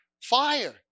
fire